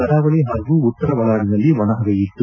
ಕರಾವಳಿ ಹಾಗೂ ಉತ್ತರ ಒಳನಾಡಿನಲ್ಲಿ ಒಣಹವೆ ಇತ್ತು